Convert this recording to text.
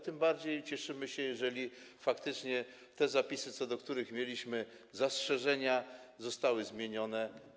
Tym bardziej cieszymy się, jeżeli faktycznie te zapisy, co do których mieliśmy zastrzeżenia, zostały zmienione.